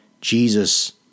Jesus